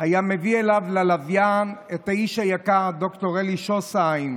היה מביא אליו ללוויין את האיש היקר ד"ר אלי שוסהיים,